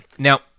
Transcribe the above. Now